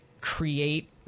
create